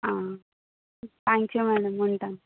thank you madam ఉంటాను